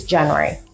January